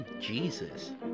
Jesus